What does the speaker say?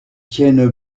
tiennent